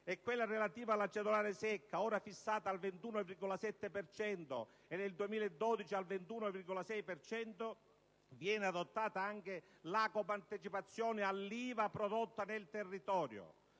e quella relativa alla cedolare secca, ora fissata al 21,7 per cento e per il 2012 al 21,6 per cento, viene adottata anche la compartecipazione all'IVA prodotta nel territorio.